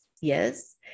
Yes